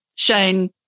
Shane